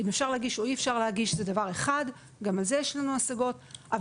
אם אפשר להגיש או אי אפשר להגיש זה דבר אחד וגם על זה יש לנו השגות אבל